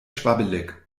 schwabbelig